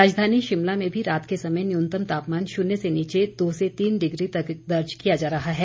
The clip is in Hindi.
राजधानी शिमला में भी रात के समय न्यूनतम तापमान शून्य से नीचे दो से तीन डिग्री तक दर्ज किया जा रहा है